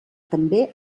també